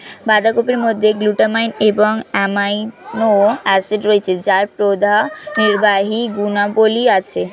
বাঁধাকপির মধ্যে গ্লুটামাইন এবং অ্যামাইনো অ্যাসিড রয়েছে যার প্রদাহনির্বাহী গুণাবলী আছে